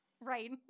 Right